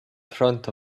front